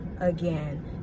again